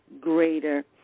Greater